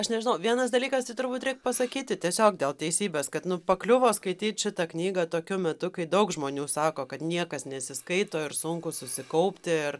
aš nežinau vienas dalykas tai turbūt reik pasakyti tiesiog dėl teisybės kad pakliuvo skaityt šitą knygą tokiu metu kai daug žmonių sako kad niekas nesiskaito ir sunku susikaupti ir